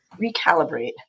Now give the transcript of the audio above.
recalibrate